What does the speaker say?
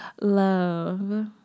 Love